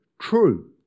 true